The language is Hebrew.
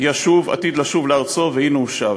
עתיד לשוב לארצו, והנה הוא שב.